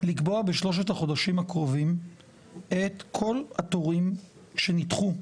לקבוע בשלושת החודשים הקרובים את כל התורים שנדחו.